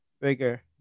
bigger